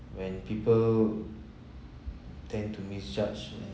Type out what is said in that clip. when people tend to misjudge